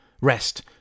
rest